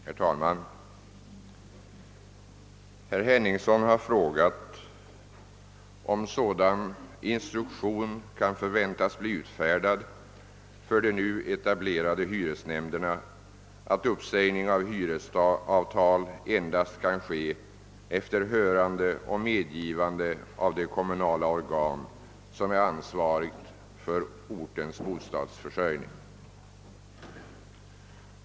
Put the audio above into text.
Herr talman! Herr Henningsson har frågat om sådan instruktion kan utfärdas för de nu etablerade hyresnämnderna, att uppsägning av hyresavtal endast kan ske efter hörande och medgivande av det kommunala organ som är ansvarigt för ortens bostadsförsörjning.